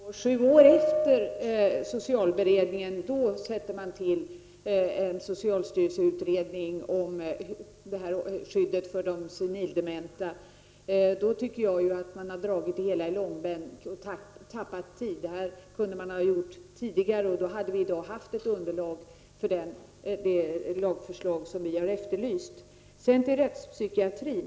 Herr talman! Nu, sju år efter det att socialberedningen arbetade med dessa frågor, tillsätts en socialstyrelseutredning för att undersöka skyddet för de senildementa. Mot den bakgrunden menar jag att man har dragit det hela i långbänk. Tid har alltså gått förlorad. Det här hade man kunnat göra tidigare. Då hade det i dag funnits ett underlag för det lagförslag som vi efterlyser. Så något om rättspsykiatrin.